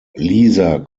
lisa